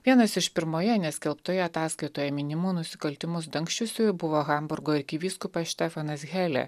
vienas iš pirmoje neskelbtoje ataskaitoje minimų nusikaltimus dangsčiusius buvo hamburgo arkivyskupas štefanas helė